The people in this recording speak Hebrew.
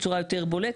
בצורה יותר בולטת.